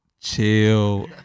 chill